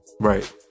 Right